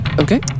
okay